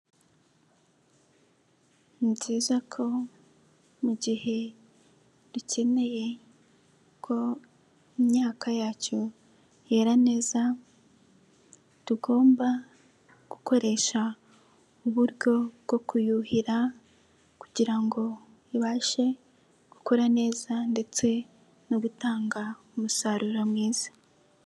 Ni byiza ko igihe dukeneye ko imyaka yacyo yera neza tugomba gukoresha uburyo bwo kuyuhira kugira ngo ibashe gukora neza ndetse no gutanga umusaruro mwiza.